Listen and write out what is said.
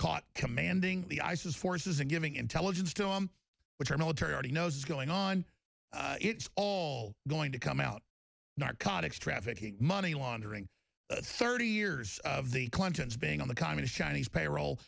caught commanding the isis forces and giving intelligence to them which our military already knows is going on it's all going to come out narcotics trafficking money laundering thirty years of the clintons being on the communist chinese payroll